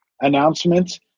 announcements